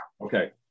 Okay